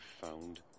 found